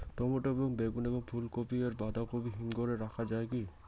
Tomato এবং বেগুন এবং ফুলকপি এবং বাঁধাকপি হিমঘরে রাখা যায় কি?